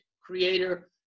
creator